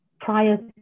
prior